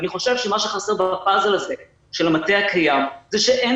ואני חושב שמה שחסר בפאזל הזה של המטה הקיים זה שאין